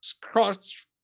cross